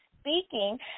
speaking